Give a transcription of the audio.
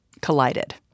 collided